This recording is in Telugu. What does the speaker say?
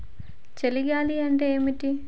చలి గాలి అంటే ఏమిటి?